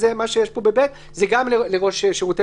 מה שיש פה ב-(ב) זה גם לראש שירותי